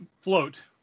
float